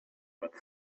but